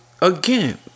again